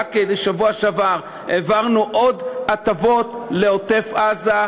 ורק בשבוע שעבר העברנו עוד הטבות לעוטף-עזה,